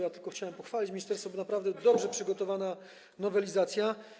Ja tylko chciałbym pochwalić ministerstwo, bo naprawdę to jest dobrze przygotowana nowelizacja.